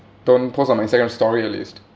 don't post on my instagram story at least